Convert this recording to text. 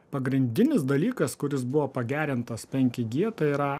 pagrindinis dalykas kuris buvo pagerintas penki gie tai yra